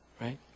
Right